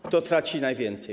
Kto traci najwięcej?